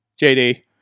JD